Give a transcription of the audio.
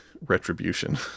retribution